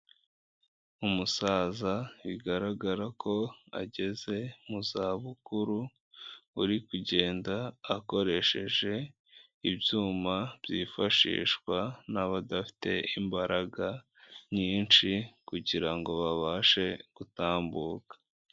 Umusaza bigaragara ko ageze mu za bukuru, uri kugenda akoresheje ibyuma byifashishwa n'abadafite imbaraga nyinshi, kugirango babashe gutambuka.